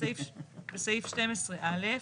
בסעיף 12(א)